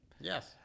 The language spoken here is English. Yes